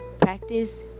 Practice